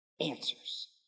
Answers